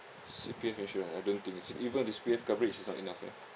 C_P_F insurance I don't think it's even the C_P_F coverage is not enough eh